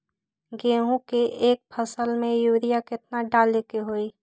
गेंहू के एक फसल में यूरिया केतना डाले के होई?